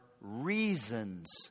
reasons